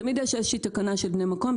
תמיד יש איזושהי תקנה של בני המקום.